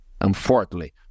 unfortunately